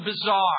bizarre